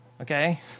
okay